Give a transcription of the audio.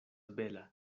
bela